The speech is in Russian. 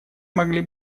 могли